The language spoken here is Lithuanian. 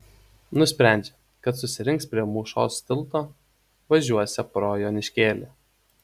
nusprendžia kad susirinks prie mūšos tilto važiuosią pro joniškėlį